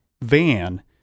van